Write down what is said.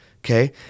okay